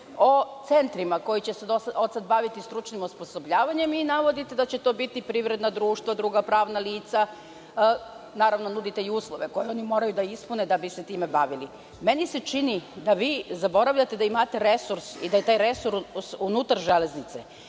o centrima koji će se od sada baviti stručnim osposobljavanjem i navodite da će to biti privredna društva, druga pravna lica. Nudite naravno i uslove koje oni moraju da ispune da bi se time bavili. Meni se čini da vi zaboravljate da imate resurs i da je taj resurs unutar železnice